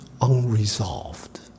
unresolved